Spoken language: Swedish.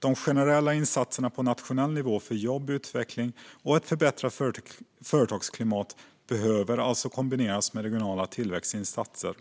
De generella insatserna på nationell nivå för jobb, utbildning och ett förbättrat företagsklimat behöver kombineras med regionala tillväxtinsatser.